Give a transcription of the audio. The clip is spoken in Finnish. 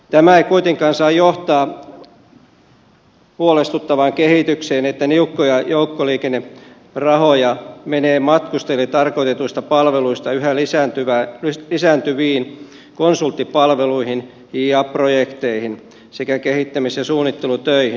tämä ei kuitenkaan saa johtaa huolestuttavaan kehitykseen että niukkoja joukkoliikennerahoja menee matkustajille tarkoitetuista palveluista yhä lisääntyviin konsulttipalveluihin ja projekteihin sekä kehittämis ja suunnittelutöihin